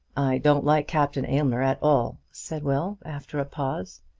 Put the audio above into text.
don't like captain aylmer at all, said will, after a pause.